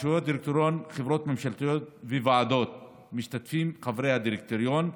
בשירות דירקטוריון החברות הממשלתיות ובוועדות משתתפים חברי הדירקטוריון.